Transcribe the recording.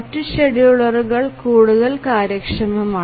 മറ്റ് ഷെഡ്യൂളറുകൾ കൂടുതൽ കാര്യക്ഷമമാണ്